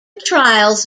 trials